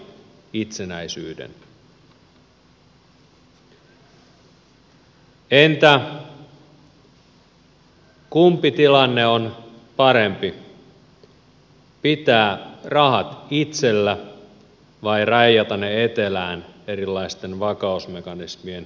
entä kumpi tilanne on parempi pitää rahat itsellä vai raijata ne etelään erilaisten vakausmekanismien hoiviin